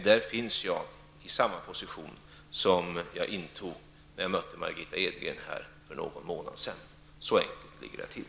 Där intar jag samma position som jag intog när jag bemötte Margitta Edgren för någon månad sedan. Så ligger det till.